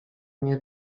nie